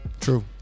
true